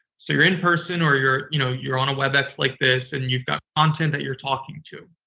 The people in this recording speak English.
so, you're in person or you're you know you're on a webex like this, and you've got content that you're talking to.